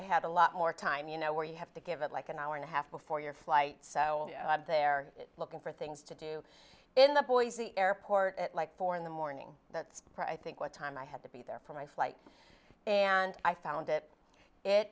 i had a lot more time you know where you have to give it like an hour and a half before your flight so they're looking for things to do in the boise airport at like four in the morning that's where i think what time i had to be there for my flight and i found it it